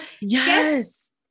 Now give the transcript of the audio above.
Yes